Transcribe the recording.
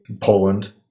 Poland